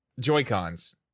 Joy-Cons